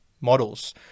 models